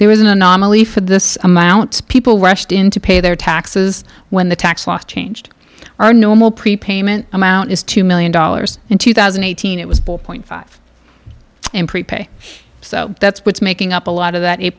there was an anomaly for this amount people rushed in to pay their taxes when the tax law changed our normal prepayment amount is two million dollars in two thousand and eighteen it was point five in prepay so that's what's making up a lot of that eight